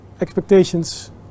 expectations